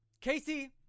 Casey